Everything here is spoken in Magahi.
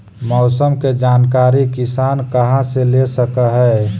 मौसम के जानकारी किसान कहा से ले सकै है?